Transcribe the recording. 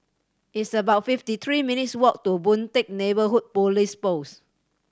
it's about fifty three minutes' walk to Boon Teck Neighbourhood Police Post